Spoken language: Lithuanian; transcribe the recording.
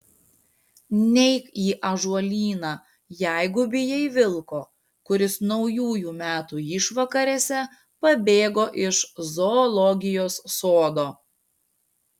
neik į ąžuolyną jeigu bijai vilko kuris naujųjų metų išvakarėse pabėgo iš zoologijos sodo